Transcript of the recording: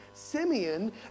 Simeon